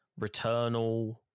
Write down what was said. Returnal